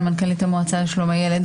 למתכונת האכיפה בהוראת השעה יותר גדולים.